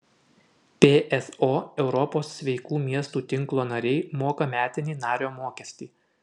pso europos sveikų miestų tinklo nariai moka metinį nario mokestį